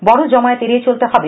বড় জমায়েত এড়িয়ে চলতে হবে